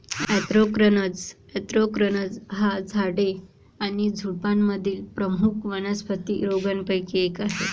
anthracnose anthracnose हा झाडे आणि झुडुपांमधील प्रमुख वनस्पती रोगांपैकी एक आहे